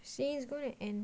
see it's gonna end